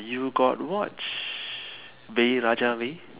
you got watch Vai Raja Vai raajaa vai